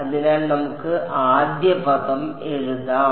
അതിനാൽ നമുക്ക് ആദ്യ പദം എഴുതാം